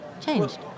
changed